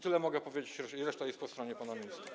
Tyle mogę powiedzieć, reszta jest po stronie pana ministra.